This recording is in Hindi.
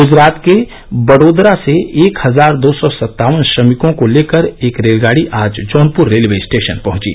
गूजरात के वडोदरा से एक हजार दो सौ सत्तावन श्रमिकों को लेकर एक रेलगाड़ी आज जौनपुर रेलवे स्टेशन पहुंची